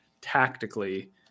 tactically